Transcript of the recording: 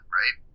right